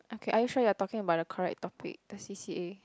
okay are you sure you're talking about the correct topic the c_c_a